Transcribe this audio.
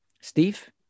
Steve